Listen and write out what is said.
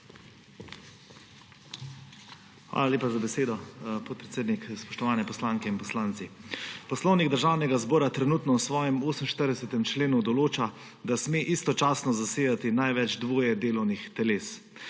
Hvala lepa za besedo, podpredsednik. Spoštovane poslanke in poslanci! Poslovnik Državnega zbora trenutno v svojem 48. členu določa, da sme istočasno zasedati največ dvoje delovnih teles.